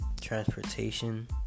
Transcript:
Transportation